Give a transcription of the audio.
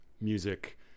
music